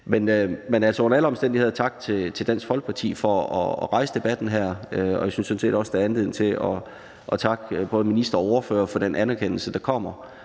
Under alle omstændigheder tak til Dansk Folkeparti for at rejse debatten. Jeg synes sådan set også, at der er anledning til at takke både minister og ordførere for den anerkendelse, der kommer,